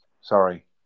Sorry